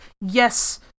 Yes